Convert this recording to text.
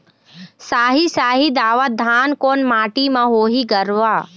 साही शाही दावत धान कोन माटी म होही गरवा?